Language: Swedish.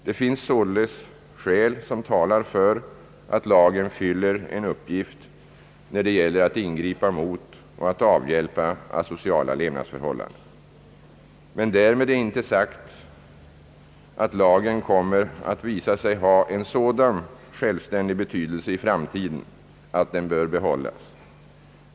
Det finns således skäl som talar för att lagen fyller en uppgift när det gäller att ingripa mot och att avhjälpa asociala levnadsförhållanden. Därmed är emellertid inte sagt att lagen kommer att visa sig ha en sådan självständig betydelse i framtiden att den bör behållas.